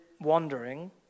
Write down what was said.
wandering